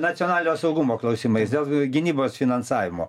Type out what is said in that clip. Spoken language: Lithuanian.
nacionalinio saugumo klausimais dėl gynybos finansavimo